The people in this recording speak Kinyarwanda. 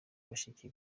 bashiki